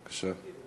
בבקשה.